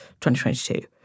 2022